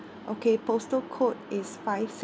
okay postal code is five six